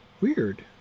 Weird